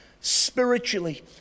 spiritually